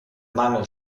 mangel